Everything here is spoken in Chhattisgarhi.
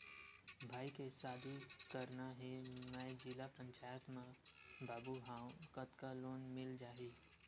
भाई के शादी करना हे मैं जिला पंचायत मा बाबू हाव कतका लोन मिल जाही?